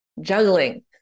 juggling